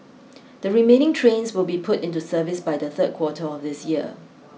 the remaining trains will be put into service by the third quarter of this year